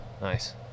nice